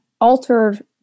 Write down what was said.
altered